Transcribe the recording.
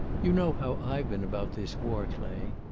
you know how i've been about this war, clay.